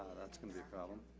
that's gonna be a problem.